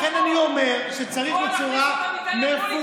לכן אני אומר שצריך בצורה מפוקחת,